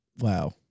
Wow